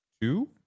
two